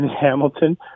Hamilton